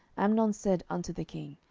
amnon said unto the king,